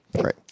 Right